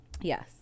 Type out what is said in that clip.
Yes